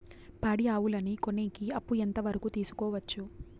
పాడి ఆవులని కొనేకి అప్పు ఎంత వరకు తీసుకోవచ్చు?